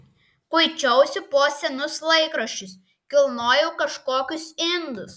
kuičiausi po senus laikraščius kilnojau kažkokius indus